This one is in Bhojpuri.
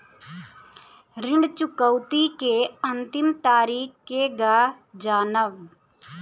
ऋण चुकौती के अंतिम तारीख केगा जानब?